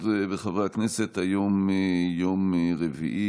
הישיבה הארבע-עשרה של הכנסת העשרים-וחמש יום רביעי,